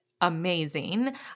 amazing